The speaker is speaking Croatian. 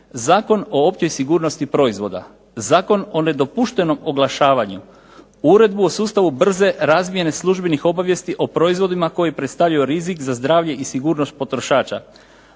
Zakon o općoj sigurnosti proizvoda, Zakon o nedopuštenom oglašavanju, Uredbu o sustavu brze razmjene službenih obavijesti o proizvodima koji predstavljaju rizik za zdravlje i sigurnost potrošača,